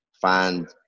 find